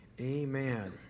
Amen